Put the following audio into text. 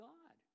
God